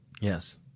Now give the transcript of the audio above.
Yes